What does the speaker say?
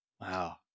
Wow